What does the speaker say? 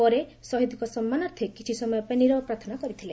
ପରେ ଶହୀଦ୍ଙ୍କ ସମ୍ମାନାର୍ଥେ କିଛି ସମୟପାଇଁ ନିରବ ପ୍ରାର୍ଥନା କରିଥିଲେ